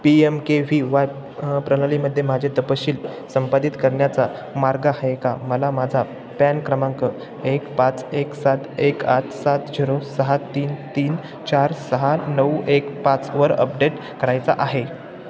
P M K V Y प्रणालीमध्ये माझे तपशील संपादित करण्याचा मार्ग आहे का मला माझा पॅन क्रमांक एक पाच एक सात एक आठ सात झिरो सहा तीन तीन चार सहा नऊ एक पाच वर अपडेट करायचा आहे